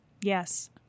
Yes